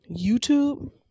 youtube